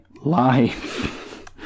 life